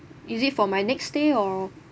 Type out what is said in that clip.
is it for my next stay or